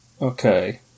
Okay